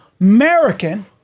American